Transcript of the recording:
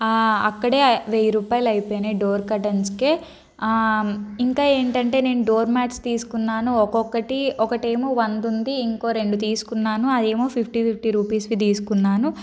అక్కడే వెయ్యి రూపాయలు అయిపోయినాయి డోర్ కర్టెన్స్ ఇంకా ఏంటంటే నేను డోర్ మ్యాట్స్ తీసుకున్నాను ఒక్కొక్కటి ఒకటి ఏమో వంద ఉంది ఇంకో రెండు తీసుకున్నాను అది ఏమో ఫిఫ్టీ ఫిఫ్టీ రూపీస్వి తీసుకున్నాను